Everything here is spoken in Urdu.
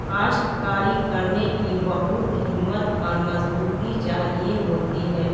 کاشتکاری کرنے کی بہت ہمت اور مضبوطی چاہیے ہوتی ہے